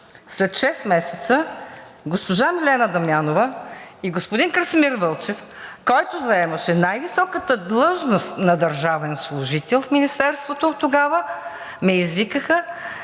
след шест месеца, госпожа Милена Дамянова и господин Красимир Вълчев, който заемаше най-високата длъжност на държавен служител в Министерството тогава, ме извикаха